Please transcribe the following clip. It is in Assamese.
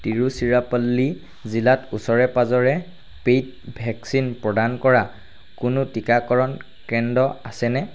তিৰুচিৰাপল্লী জিলাত ওচৰে পাঁজৰে পেইড ভেকচিন প্ৰদান কৰা কোনো টীকাকৰণ কেন্দ্ৰ আছেনে